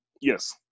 Yes